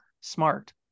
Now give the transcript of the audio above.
smart